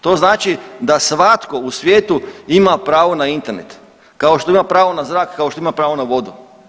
To znači da svatko u svijetu ima pravo na Internet, kao što ima pravo na zrak, kao što ima pravo na vodu.